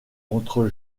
entre